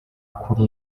kuri